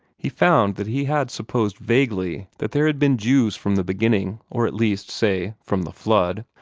he found that he had supposed vaguely that there had been jews from the beginning, or at least, say, from the flood.